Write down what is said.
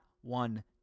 one